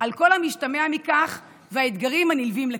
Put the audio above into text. על כל המשתמע מכך והאתגרים הנלווים לכך.